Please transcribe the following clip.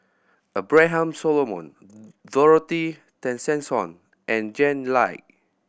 Abraham Solomon Dorothy Tessensohn and Jack Lai